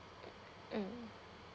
mm